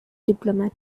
diplomat